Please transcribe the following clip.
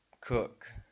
cook